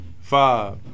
Five